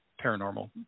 paranormal